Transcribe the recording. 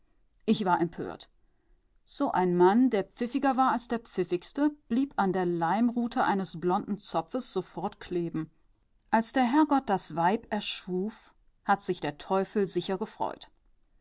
ich war empört so ein mann der pfiffiger war als der pfiffigste blieb an der leimrute eines blonden zopfes sofort kleben als der herrgott das weib erschuf hat sich der teufel sicher gefreut